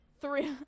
Three